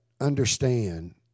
understand